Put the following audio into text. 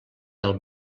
del